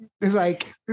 like-